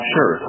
Sure